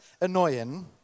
annoying